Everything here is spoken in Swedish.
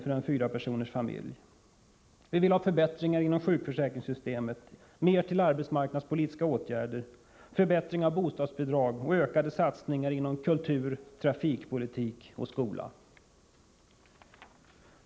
för en fyrapersonersfamilj. Vi vill vidare ha till stånd förbättringar inom sjukförsäkringssystemet, vi vill ha mer pengar till arbetsmarknadspolitiska åtgärder, en förbättring av bostadsbidragen och ökade satsningar inom kultur, trafikpolitik och skola.